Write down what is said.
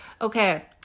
Okay